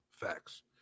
Facts